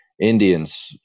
Indians